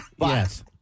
Yes